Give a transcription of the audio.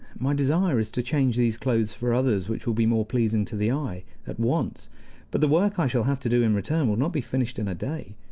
my desire is to change these clothes for others which will be more pleasing to the eye, at once but the work i shall have to do in return will not be finished in a day.